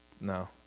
No